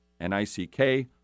N-I-C-K